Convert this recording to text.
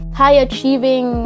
high-achieving